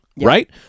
right